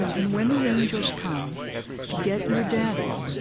and when the angels come to get your daddy,